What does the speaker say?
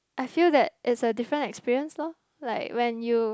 I feel that is a different experience lor like when you